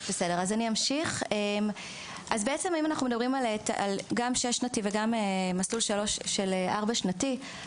אנחנו מדברים על מסלול לימודי שש שנתי וארבע שנתי.